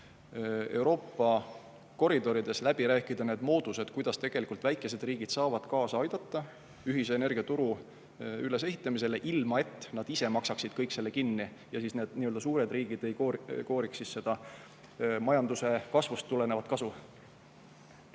Euroopa koridorides läbi rääkida need moodused, kuidas väikesed riigid saavad kaasa aidata ühise energiaturu ülesehitamisele, ilma et nad ise maksaksid kõik selle kinni ja et need suured riigid ei kooriks majanduse kasvust tulenevat kasu.